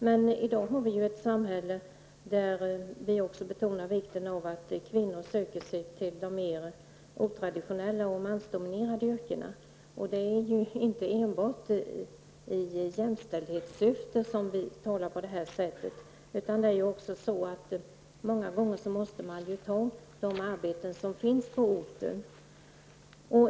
Men i dagens samhälle betonar man ju också vikten av att kvinnor söker sig till mera icke-traditionella och mansdominerande yrken. Det är inte enbart i jämställdhetssyfte som vi talar i de termerna. Många gånger måste ju kvinnor ta de arbeten som finns på en ort.